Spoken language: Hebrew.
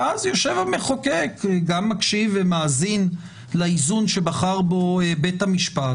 ואז המחוקק גם מקשיב ומאזין לאיזון שבחר בו בית המשפט,